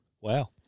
Wow